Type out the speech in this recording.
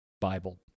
Bible